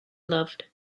loved